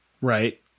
right